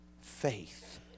Faith